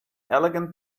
elegant